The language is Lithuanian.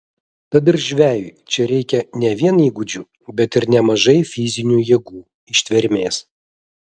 tad ir žvejui čia reikia ne vien įgūdžių bet ir nemažai fizinių jėgų ištvermės